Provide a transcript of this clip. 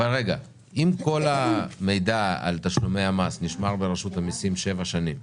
אם כל המידע על תשלומי המס נשמר ברשות המיסים במשך שבע שנים,